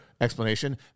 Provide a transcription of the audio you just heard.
explanation